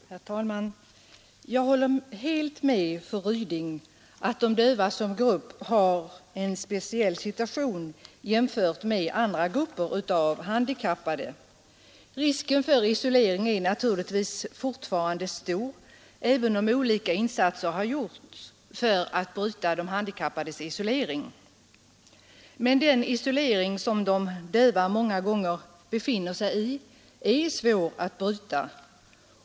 Herr talman! Jag håller helt med fru Ryding om att de döva som grupp har en speciell situation jämfört med andra grupper av handikappade. Risken för isolering är naturligtvis fortfarande stor, även om olika insatser gjorts för att bryta handikappades isolering. Men den isolering som de döva många gånger befinner sig i är svår att bryta.